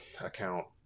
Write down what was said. account